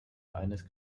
eines